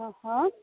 ହଁ ହଁ